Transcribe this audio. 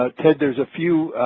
ah ted, there's a few